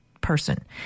person